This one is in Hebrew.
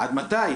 עד מתי?